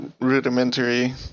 rudimentary